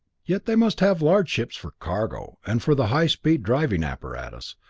yet they must have large ships for cargo, and for the high speed driving apparatus.